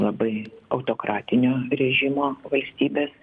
labai autokratinio režimo valstybės